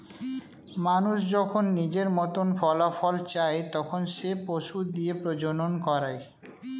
মানুষ যখন নিজের মতন ফলাফল চায়, তখন সে পশু দিয়ে প্রজনন করায়